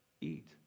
Eat